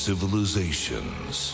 Civilizations